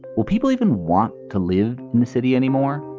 well, people even want to live in the city anymore.